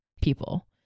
people